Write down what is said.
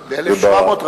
ב-1700,